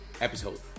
episode